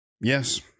Yes